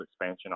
expansion